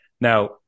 Now